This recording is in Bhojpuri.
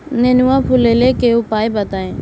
नेनुआ फुलईले के उपाय बताईं?